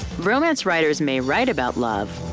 romance writers may write about love.